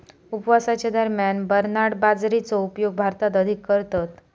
उपवासाच्या दरम्यान बरनार्ड बाजरीचो उपयोग भारतात अधिक करतत